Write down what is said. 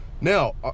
Now